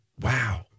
wow